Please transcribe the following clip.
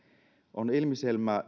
on ilmiselvää